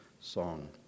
song